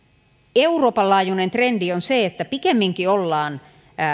euroopan laajuinen trendi on se että pikemminkin ollaan